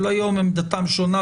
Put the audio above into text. היום עמדתם שונה,